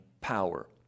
power